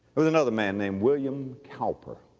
was another man named william cowper.